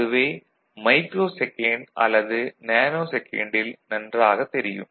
அதுவே மைரோசெகண்ட் அல்லது நேநோசெகண்டில் நன்றாகத் தெரியும்